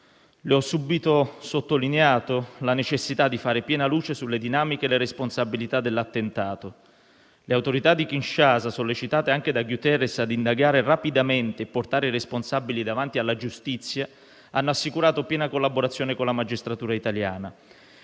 Le ho subito sottolineato la necessità di fare piena luce sulle dinamiche e le responsabilità dell'attentato. Le autorità di Kinshasa - sollecitate anche da Guterres a indagare rapidamente e portare i responsabili davanti alla giustizia - hanno assicurato piena collaborazione con la magistratura italiana.